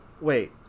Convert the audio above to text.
Wait